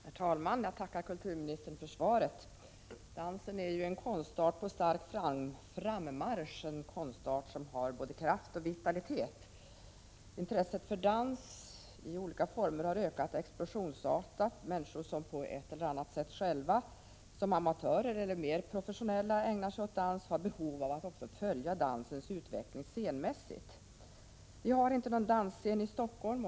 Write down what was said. Herr talman! Jag tackar kulturministern för svaret. Dansen är ju en konstart på stark frammarsch och som har både kraft och vitalitet. Intresset för dans i olika former har ökat explosionsartat. Människor som på ett eller annat sätt själva, som amatörer eller mer professionellt, ägnar sig åt dans har också behov av att scenmässigt följa dansens utveckling. Vi har inte någon dansscen i Stockholm.